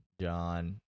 John